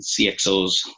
CXOs